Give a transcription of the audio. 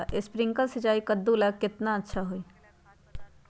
Sprinkler सिंचाई कददु ला केतना अच्छा होई?